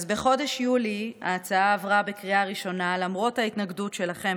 בחודש יולי ההצעה עברה בקריאה ראשונה למרות ההתנגדות שלכם,